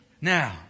Now